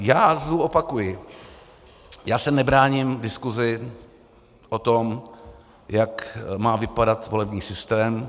Já znovu opakuji, já se nebráním diskusi o tom, jak má vypadat volební systém.